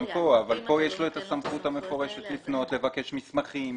אבל כאן יש לו את הסמכות המפורשת לפנות ולבקש מסמכים,